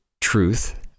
truth